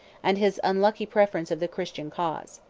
and his unlucky preference of the christian cause.